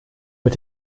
mit